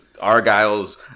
Argyle's